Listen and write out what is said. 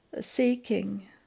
seeking